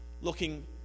looking